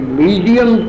medium